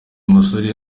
musore